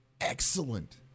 excellent